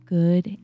good